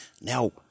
Now